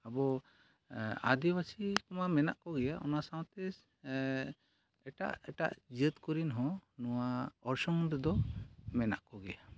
ᱟᱵᱚ ᱟᱹᱫᱤᱵᱟᱹᱥᱤᱼᱢᱟ ᱢᱮᱱᱟᱜ ᱠᱚᱜᱮᱭᱟ ᱚᱱᱟ ᱥᱟᱶᱛᱮ ᱮᱴᱟᱜ ᱮᱴᱟᱜ ᱡᱟᱹᱛ ᱠᱚᱨᱮᱱ ᱦᱚᱸ ᱱᱚᱣᱟ ᱚᱨᱥᱚᱝ ᱨᱮᱫᱚ ᱢᱮᱱᱟᱜ ᱠᱚᱜᱮᱭᱟ